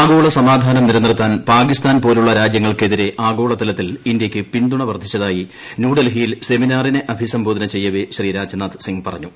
ആഗോള സമാധാനം നിലനിർത്താൻ പാക്കിസ്ഥാൻ പോലുള്ള രാജ്യങ്ങൾക്കെതിരെ ആഗോള തലത്തിൽ ഇന്ത്യയ്ക്ക് പിന്തുണ വർദ്ധിച്ചതായി ന്യൂഡൽഹിയിൽ സെമിനാറിനെ അഭിസംബോധന ചെയ്യവേ ശ്രീ രാജ്നാഥ് സിംഗ് പറഞ്ഞു